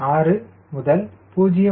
6 முதல் 0